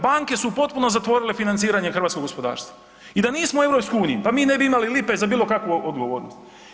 Banke su potpuno zatvorile financiranje hrvatskog gospodarstva i da nismo u EU, pa mi ne bi imali lipe za bilo kakvu odgovornost.